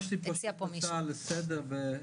יש לי הצעה לסדר.